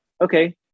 okay